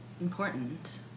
important